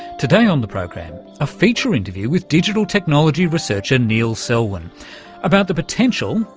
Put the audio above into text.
today on the program a feature interview with digital technology researcher neil selwyn about the potential,